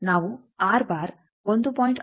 ನಾವು 1